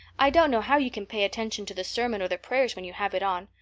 i don't know how you can pay attention to the sermon or the prayers when you have it on.